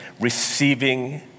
receiving